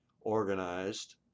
organized